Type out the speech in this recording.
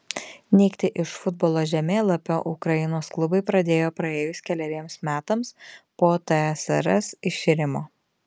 nykti iš futbolo žemėlapio ukrainos klubai pradėjo praėjus keleriems metams po tsrs iširimo